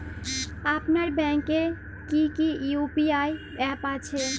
আপনার ব্যাংকের কি কি ইউ.পি.আই অ্যাপ আছে?